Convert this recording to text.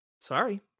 Sorry